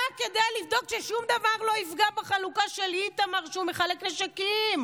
רק כדי לבדוק ששום דבר לא יפגע בחלוקה של איתמר כשהוא מחלק נשקים.